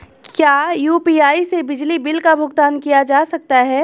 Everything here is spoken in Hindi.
क्या यू.पी.आई से बिजली बिल का भुगतान किया जा सकता है?